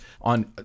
on